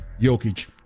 Jokic